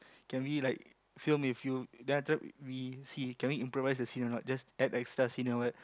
can we like film with you then after that we see can we improvise the scene or not just add the extras scene or what